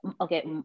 okay